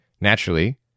naturally